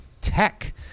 Tech